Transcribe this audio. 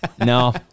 no